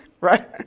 right